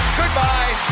goodbye